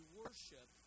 worship